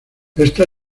esta